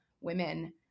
women